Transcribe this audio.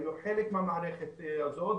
היו חלק מהמערכת הזאת,